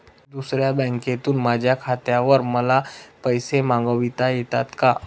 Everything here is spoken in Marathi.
दुसऱ्या बँकेतून माझ्या खात्यावर मला पैसे मागविता येतात का?